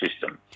system